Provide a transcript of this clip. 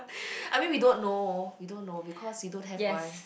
I mean we don't know we don't know because we don't have one